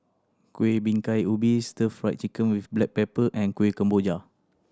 Kuih Bingka Ubi Stir Fried Chicken with black pepper and Kueh Kemboja